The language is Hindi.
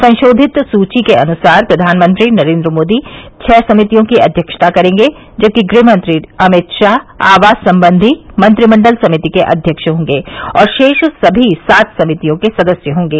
संशोधित सूची के अनुसार प्रधानमंत्री नरेन्द्र मोदी छह समितियों की अध्यक्षता करेंगे जबकि गृहमंत्री अमित शाह आवास संबंधी मंत्रिमंडल समिति के अध्यक्ष होंगे और शेष सभी सात समितियों के सदस्य होंगे